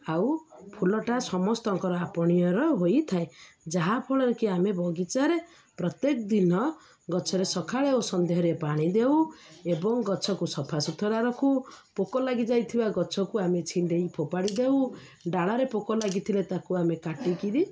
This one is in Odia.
ଆଉ ଫୁଲଟା ସମସ୍ତଙ୍କର ଆପଣୀୟର ହୋଇଥାଏ ଯାହାଫଳରେ କି ଆମେ ବଗିଚାରେ ପ୍ରତ୍ୟେକ ଦିନ ଗଛରେ ସକାଳେ ଓ ସନ୍ଧ୍ୟାରେ ପାଣି ଦେଉ ଏବଂ ଗଛକୁ ସଫା ସୁତୁରା ରଖୁ ପୋକ ଲାଗିଯାଇଥିବା ଗଛକୁ ଆମେ ଛିଣ୍ଡେଇ ଫୋପାଡ଼ି ଦେଉ ଡାଳରେ ପୋକ ଲାଗିଥିଲେ ତାକୁ ଆମେ କାଟିକିରି